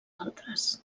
altres